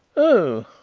oh,